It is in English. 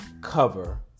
cover